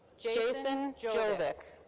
jason jovic.